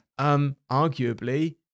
Arguably